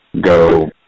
go